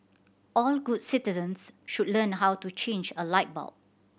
all good citizens should learn how to change a light bulb